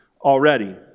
already